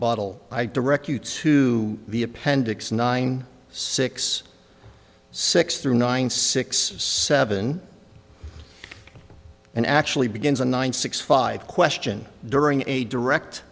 uttal i direct you to the appendix nine six six three nine six seven and actually begins a nine six five question during a direct